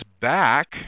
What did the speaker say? back